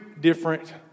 different